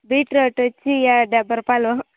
beetroot వచ్చేసి ఎ డెబ్బై రూపాయలు